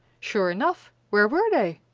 sure enough, where were they?